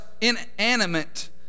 inanimate